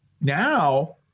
Now